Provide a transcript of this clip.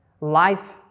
Life